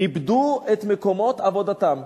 איבדו את מקומות עבודתם.